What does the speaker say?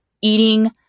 eating